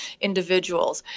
individuals